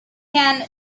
can